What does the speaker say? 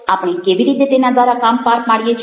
આપણે કેવી રીતે તેના દ્વારા કામ પાર પાડીએ છીએ